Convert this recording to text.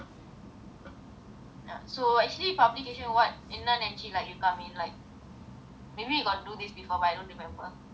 ya so actually publication what என்ன நினைச்சு:enna ninaichu entry you come in like maybe you got do this before but you don't remember